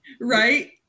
Right